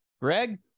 Greg